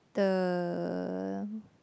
the